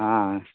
हँ